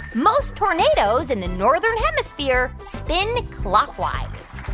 most tornadoes in the northern hemisphere spin clockwise?